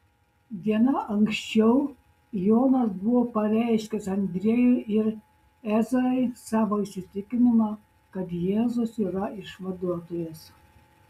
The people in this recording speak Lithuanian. diena anksčiau jonas buvo pareiškęs andriejui ir ezrai savo įsitikinimą kad jėzus yra išvaduotojas